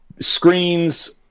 Screens